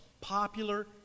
popular